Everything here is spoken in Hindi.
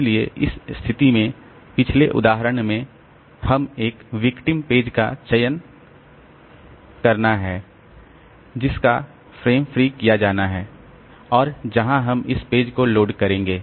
इसलिए इस स्थिति में पिछले उदाहरण में हमें एक विक्टिम पेज का चयन करना है जिसका फ्रेम फ्री किया जाना है और जहां हम इस पेज को लोड करेंगे